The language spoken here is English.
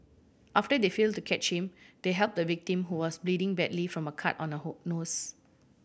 after they failed to catch him they helped the victim who was bleeding badly from a cut on the her nose